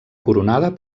coronada